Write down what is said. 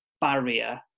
barrier